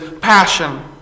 passion